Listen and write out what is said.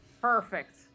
Perfect